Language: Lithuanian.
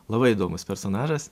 labai įdomus personažas